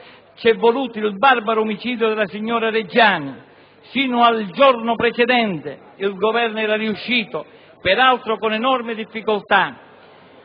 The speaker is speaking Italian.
c'è voluto il barbaro omicidio della signora Reggiani. Sino al giorno precedente, il Governo era riuscito, peraltro con enormi difficoltà,